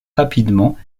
rapidement